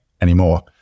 anymore